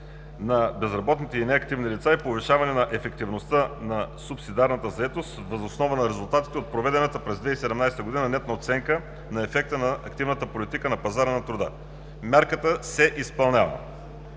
на безработните и неактивните лица и повишаване на ефективността на субсидарната заетост въз основа на резултатите от проведената през 2017 г. нетна оценка на ефекта на активната политика на пазара на труда – мярката се изпълнява.